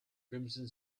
crimson